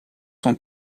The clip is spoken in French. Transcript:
sont